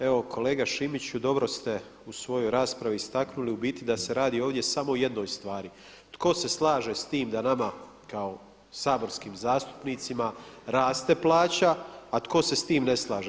Evo kolega Šimiću dobro ste u svojoj raspravi istaknuli u biti da se radi ovdje samo o jednoj stvari, tko se slaže s tim da nama kao saborskim zastupnicima raste plaća, a tko se s tim ne slaže.